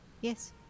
Yes